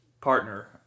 partner